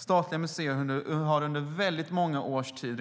Statliga museer har redan i dag och har under många års tid